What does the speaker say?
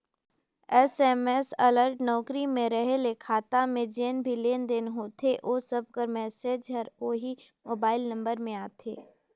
SMS alert नउकरी में रहें ले खाता में जेन भी लेन देन होथे ओ सब कर मैसेज हर ओही मोबाइल नंबर में आथे